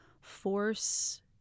force